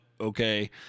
Okay